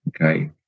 okay